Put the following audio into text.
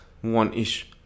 One-ish